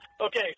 Okay